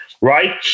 right